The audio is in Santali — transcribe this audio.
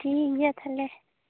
ᱴᱷᱤᱠ ᱜᱮᱭᱟ ᱛᱟᱦᱚᱞᱮ